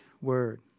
Word